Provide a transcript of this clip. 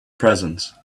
presence